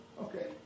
Okay